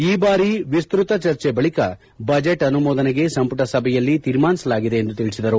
ಈ ಬಾರಿ ವಿಸ್ನತ ಚರ್ಜೆ ಬಳಿಕ ಬಜೆಟ್ ಅನುಮೋದನೆಗೆ ಸಂಪುಟ ಸಭೆಯಲ್ಲಿ ತೀರ್ಮಾನಿಸಲಾಗಿದೆ ಎಂದು ತಿಳಿಸಿದರು